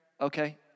Okay